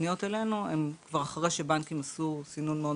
הפניות אלינו הם כבר אחרי שבנקים עשו סינון מאוד